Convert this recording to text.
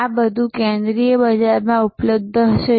આ બધું કેન્દ્રીય બજારમાં ઉપલબ્ધ હશે